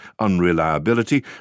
unreliability